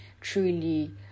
truly